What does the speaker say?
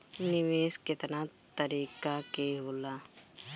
निवेस केतना तरीका के होला?